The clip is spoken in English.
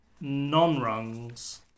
non-rungs